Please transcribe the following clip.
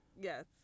Yes